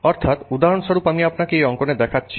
সুতরাং উদাহরণস্বরূপ আমি আপনাকে এই অঙ্কনে দেখাচ্ছি